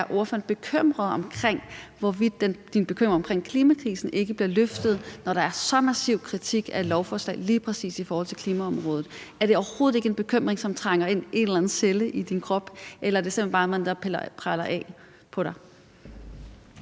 om ordføreren er bekymret for, at hendes bekymring omkring klimakrisen ikke bliver løftet, når der er så massiv kritik af et lovforslag lige præcis i forhold til klimaområdet. Er det overhovedet ikke en bekymring, som trænger ind i en eller anden celle i din krop, eller er det simpelt hen bare noget, der preller af på dig?